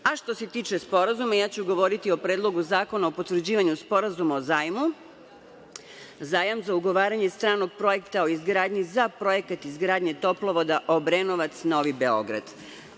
se tiče sporazuma, govoriću o Predlogu zakona o potvrđivanju sporazuma o zajmu. Zajam za ugovoranje stranog projekta o izgradnji za projekat izgradnje toplovoda Obrenovac-Novi Beograd.